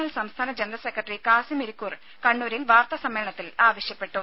L സംസ്ഥാന general secretary Kasim Irikkur കണ്ണൂരിൽ വാർത്താ സമ്മേളനത്തിൽ ആവശ്യപ്പെട്ടു